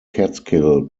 catskill